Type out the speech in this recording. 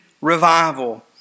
revival